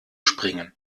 springen